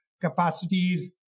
capacities